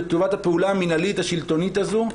לטובת הפעולה המנהלית השלטונית הזו,